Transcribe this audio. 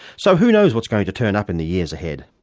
so who knows what's gong to turn up in the years ahead.